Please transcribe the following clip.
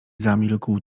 zamilkł